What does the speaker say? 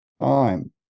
time